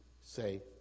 say